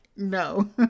No